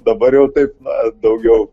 dabar jau taip na daugiau